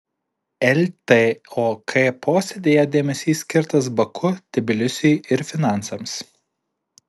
ltok posėdyje dėmesys skirtas baku tbilisiui ir finansams